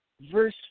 Verse